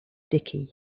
sticky